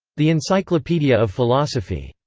the encyclopedia of philosophy.